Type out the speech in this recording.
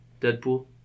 Deadpool